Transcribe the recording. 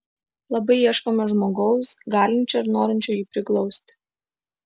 labai ieškome žmogaus galinčio ir norinčio jį priglausti